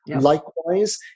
Likewise